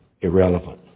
irrelevant